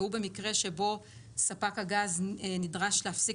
והוא במקרה שבו ספק הגז נדרש להפסיק